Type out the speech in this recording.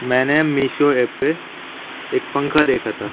میں نے میشو ایپ پہ ایک پنکھا دیکھا تھا